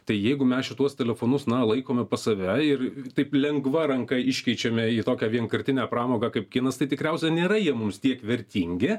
tai jeigu mes šituos telefonus na laikome pas save ir taip lengva ranka iškeičiame į tokią vienkartinę pramogą kaip kinas tai tikriausiai nėra jie mums tiek vertingi